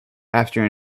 after